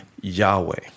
Yahweh